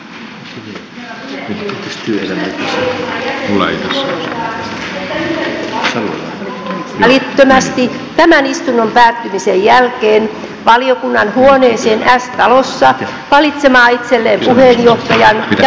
ympäristövaliokunnan jäsenille ilmoitetaan että valiokunta kokoontuu välittömästi tämän istunnon päättymisen jälkeen valiokunnan huoneeseen s talossa valitsemaan itselleen puheenjohtajan ja varapuheenjohtajan